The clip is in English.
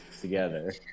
together